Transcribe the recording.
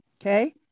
okay